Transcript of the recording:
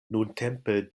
nuntempe